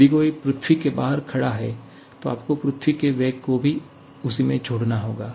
यदि कोई पृथ्वी के बाहर खड़ा है तो आपको पृथ्वी के वेग को भी उसी में जोड़ना होगा